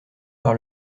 par